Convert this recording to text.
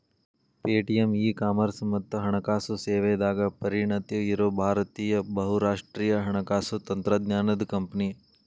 Paytm e commerce ಮತ್ತ ಹಣಕಾಸು ಸೇವೆದಾಗ ಪರಿಣತಿ ಇರೋ ಭಾರತೇಯ ಬಹುರಾಷ್ಟ್ರೇಯ ಹಣಕಾಸು ತಂತ್ರಜ್ಞಾನದ್ ಕಂಪನಿ